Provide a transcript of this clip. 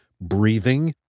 breathing